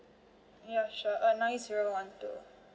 ya sure uh nine zero one two